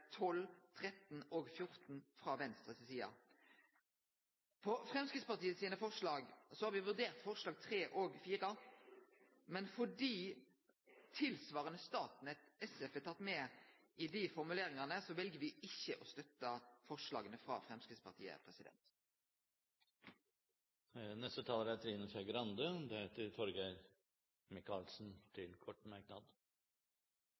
13 og 14 frå Venstre. Når det gjeld Framstegspartiets forslag, har me vurdert forslaga nr. 3 og 4, men fordi «tilsvarende Statnett SF» er teke med i dei formuleringane, vel vi ikkje å støtte forslaga frå Framstegspartiet.